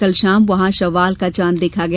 कल शाम वहां शव्वाल का चांद देखा गया